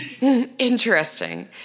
Interesting